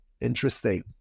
interesting